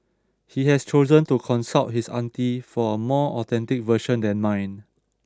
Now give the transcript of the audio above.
he has chosen to consult his auntie for a more authentic version than mine